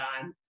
time